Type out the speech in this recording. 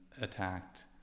attacked